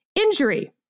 injury